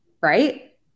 right